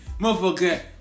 Motherfucker